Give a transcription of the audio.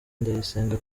ndayisenga